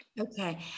Okay